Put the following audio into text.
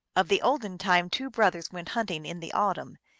of the olden time. two brothers went hunting in the autumn,